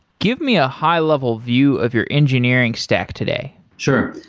give me a high level view of your engineering stack today. sure.